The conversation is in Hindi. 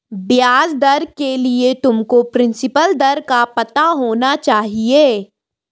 ब्याज दर के लिए तुमको प्रिंसिपल दर का पता होना चाहिए